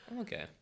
okay